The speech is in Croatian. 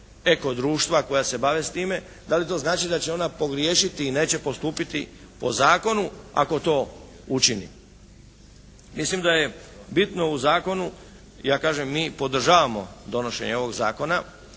eko društva koja se bave time, da li to znači da će ona pogriješiti i neće postupiti po zakonu ako to učini. Mislim da je bitno u zakonu, ja kažem mi podržavamo donošenje ovog zakona,